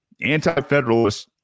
Anti-federalists